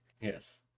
Yes